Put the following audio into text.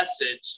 message